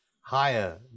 higher